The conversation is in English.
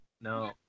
No